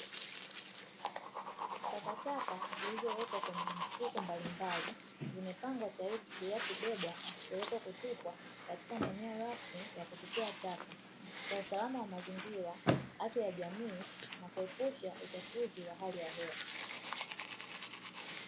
Takataka zilizowekwa kwenye mifuko mbalimbali zimepangwa tayari kusubiria kubebwa na kupelekwa kutupwa katika maeneo rasmi ya kutupia taka kwa usalama wa mazingira, afya ya jamii na kuepusha uchafuzi wa hali ya hewa.